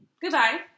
Goodbye